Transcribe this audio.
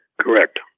Correct